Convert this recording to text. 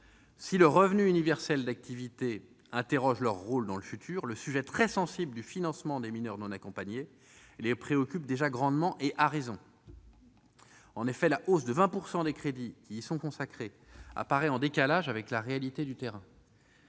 au rôle des départements dans le futur, le sujet très sensible du financement des mineurs non accompagnés les préoccupe déjà grandement, et à raison. En effet, la hausse de 20 % des crédits qui y sont consacrés apparaît en décalage avec la réalité du terrain.